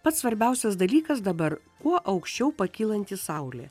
pats svarbiausias dalykas dabar kuo aukščiau pakylanti saulė